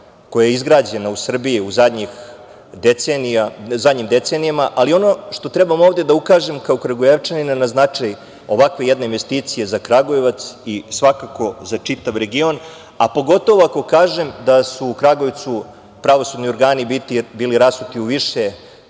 koja je izgrađena u Srbiji u zadnjim decenijama, ali ono što treba ovde da ukažem kao Kragujevčanin na značaj ovakve investicije za Kragujevac, i svakako za čitav regiona, a pogotovo ako kažem da su u Kragujevcu pravosudni organi bili više rasuti, u više